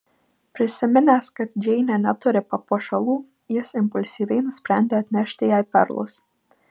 prisiminęs kad džeinė neturi papuošalų jis impulsyviai nusprendė atnešti jai perlus